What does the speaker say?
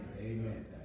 Amen